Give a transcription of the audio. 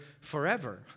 forever